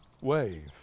wave